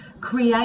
create